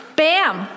bam